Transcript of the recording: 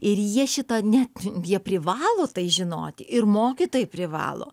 ir jie šito net jie privalo tai žinoti ir mokytojai privalo